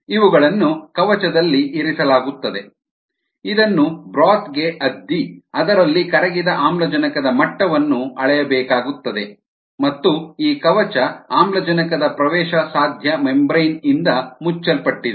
ಇವುಗಳನ್ನು ಕವಚದಲ್ಲಿ ಇರಿಸಲಾಗುತ್ತದೆ ಇದನ್ನು ಬ್ರೋತ್ ಗೆ ಅದ್ದಿ ಅದರಲ್ಲಿ ಕರಗಿದ ಆಮ್ಲಜನಕದ ಮಟ್ಟವನ್ನು ಅಳೆಯಬೇಕಾಗುತ್ತದೆ ಮತ್ತು ಈ ಕವಚ ಆಮ್ಲಜನಕದ ಪ್ರವೇಶಸಾಧ್ಯ ಮೆಂಬ್ರೇನ್ ಇಂದ ಮುಚ್ಚಲ್ಪಟ್ಟಿದೆ